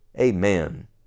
Amen